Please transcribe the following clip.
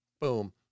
Boom